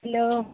hello